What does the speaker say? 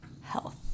health